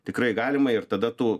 tikrai galima ir tada tu